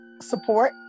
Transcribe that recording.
support